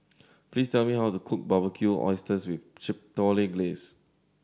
please tell me how to cook Barbecued Oysters with Chipotle Glaze